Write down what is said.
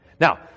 Now